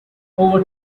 over